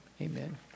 Amen